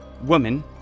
woman